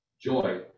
joy